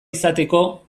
izateko